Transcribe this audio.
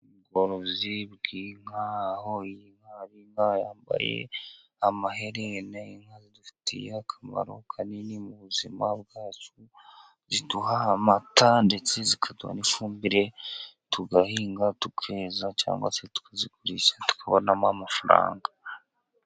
Ubworozi bw'inka aho iyi nka ari inka yambaye amahene, inka zidufitiye akamaro kanini mu buzima bwacu, ziduha amata ndetse zikaduha n'ifumbire tugahinga tukeza, cyangwa se tukazigurisha tukabonamo amafaranga.